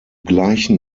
gleichen